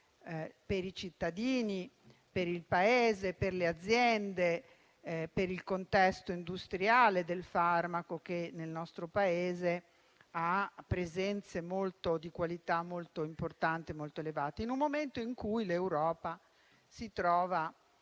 per i cittadini, per il Paese, per le aziende, per il contesto industriale del farmaco, che nel nostro Paese ha presenze di qualità molto importanti e molto elevate, in un momento in cui l'Europa si trova,